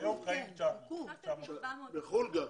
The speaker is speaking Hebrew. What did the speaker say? היום חיים 900. בחו"ל גם.